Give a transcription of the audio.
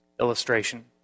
Illustration